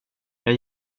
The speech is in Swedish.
jag